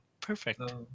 perfect